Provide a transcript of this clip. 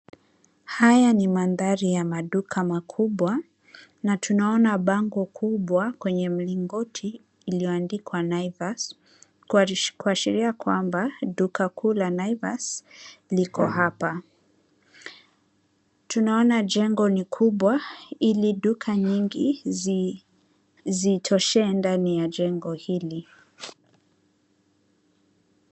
Haya ni maandari ya maduka makubwa na tunaona bango kubwa kwenye milikoti ilioandikwa Naivas kuashiria kwamba duka kuu la Naivas liko hapa, tunaona jengo ni kubwa hili duka nyingi zitoshe ndani ya jengo hili.